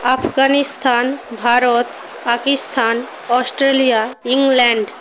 Afghanistan Bharat Pakistan Australia England